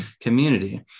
community